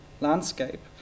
landscape